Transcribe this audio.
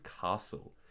castle